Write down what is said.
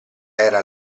era